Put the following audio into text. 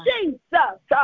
Jesus